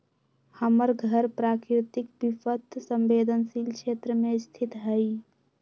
हमर घर प्राकृतिक विपत संवेदनशील क्षेत्र में स्थित हइ